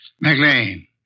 McLean